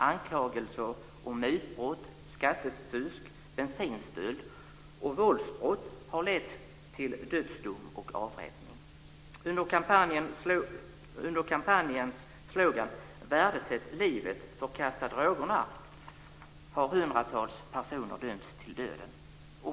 Anklagelser om mutbrott, skattefusk, bensinstöld och våldsbrott har lett till dödsdom och avrättning. Under kampanjens slogan "värdesätt livet, förkasta drogerna" har hundratals personer dömts till döden.